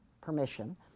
permission